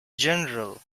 general